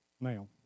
now